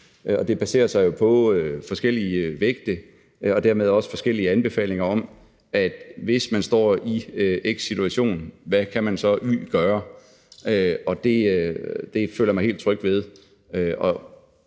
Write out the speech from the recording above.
og dermed også forskellige anbefalinger om, at hvis man står i x situation, hvad man så y kan gøre, og det føler jeg mig helt tryg ved.